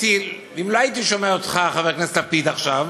ואם לא הייתי שומע אותך, חבר הכנסת לפיד, עכשיו,